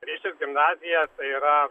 riešės gimnazija yra